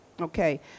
Okay